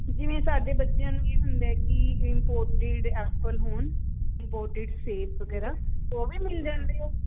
ਜਿਵੇਂ ਸਾਡੇ ਬੱਚਿਆਂ ਨੂੰ ਕੀ ਹੁੰਦਾ ਕਿ ਇੰਮਪੋਰਟਿਡ ਐਪਲ ਹੋਣ ਇੰਮਪੋਰਟਿਡ ਸੇਬ ਵਗੈਰਾ ਉਹ ਵੀ ਮਿਲ ਜਾਂਦੇ ਆ